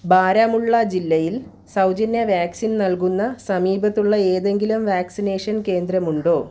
ബാരമുള്ള ജില്ലയിൽ സൗജന്യ വാക്സിൻ നൽകുന്ന സമീപത്തുള്ള ഏതെങ്കിലും വാക്സിനേഷൻ കേന്ദ്രമുണ്ടോ